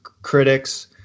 Critics